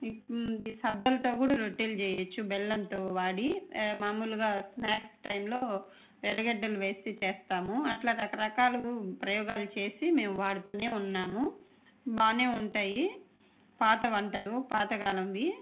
ఈ ఈ సద్దలతో కూడా రొట్టెలు చెయ్యచ్చు బెల్లంతో వాడి మామూలుగా స్నాక్స్ టైంలో ఎరగడ్డలు వేసి చేస్తాము అట్లా రకరకాలు ప్రయోగాలు చేసి మేము వాడుతూనే ఉన్నాము బాగా ఉంటాయి పాత వంటలు పాత కాలంవి